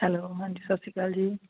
hello ਹਾਂਜੀ ਸਤਿ ਸ਼੍ਰੀ ਅਕਾਲ ਜੀ